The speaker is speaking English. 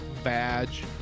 badge